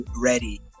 ready